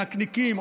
נקניקים,